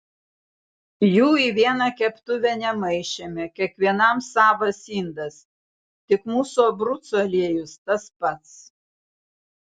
jų į vieną keptuvę nemaišėme kiekvienam savas indas tik mūsų abrucų aliejus tas pats